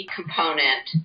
component